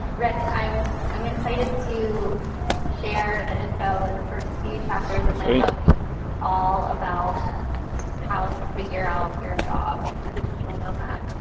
rick i'm i'm excited to share the info in the first few chapters of my book because it's all about how to figure out your job as a digital nomad.